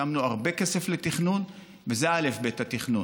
שמנו הרבה כסף לתכנון, וזה האלף-בית, התכנון.